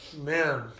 man